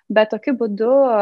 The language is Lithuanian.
bet tokiu būdu